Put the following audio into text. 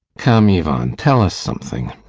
come, ivan, tell us something.